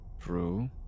True